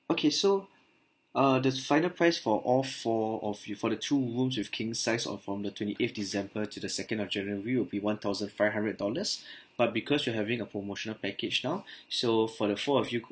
okay so uh the final price for all four of you for the two rooms with king size or from the twenty eighth december to the second of january will be one thousand five hundred dollars but because you're having a promotional package now so for the four of you